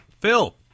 Phil